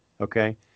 Okay